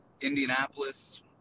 Indianapolis